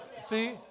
See